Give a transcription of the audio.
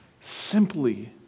simply